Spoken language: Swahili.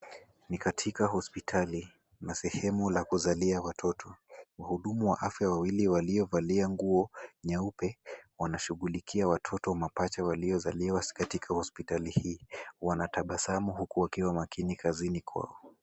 Ni katika hospitali na sehemu la kuzalia watoto. Wahudumu wa afya wawili waliovalia nguo nyeupe wanashughulikia watoto mapacha waliozaliwa katika hospitali hii. Wanatabasamu huku wakiwa makini kazini kwao.